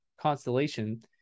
constellation